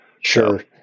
Sure